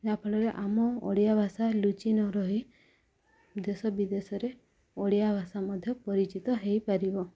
ଯାହାଫଳରେ ଆମ ଓଡ଼ିଆ ଭାଷା ଲୁଚି ନ ରହି ଦେଶ ବିଦେଶରେ ଓଡ଼ିଆ ଭାଷା ମଧ୍ୟ ପରିଚିତ ହେଇପାରିବ